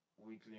Weekly